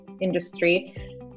industry